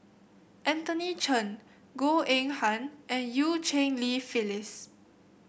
Anthony Chen Goh Eng Han and Eu Cheng Li Phyllis